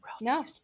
No